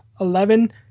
eleven